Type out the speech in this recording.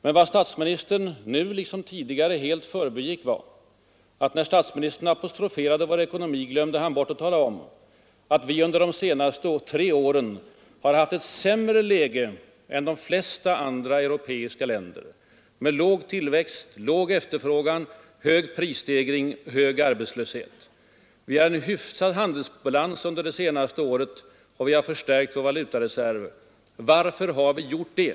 Men vad statsministern nu liksom tidigare helt förbigick när han apostroferade vår ekonomi var att vi under de senaste tre åren har haft ett sämre läge än de flesta andra europeiska länder, med låg tillväxt, låg efterfrågan, hög prisstegring, hög arbetslöshet. Vi hade visserligen en hyfsad handelsbalans under det senaste året, och vi har stärkt vår valutareserv. Varför har vi gjort det?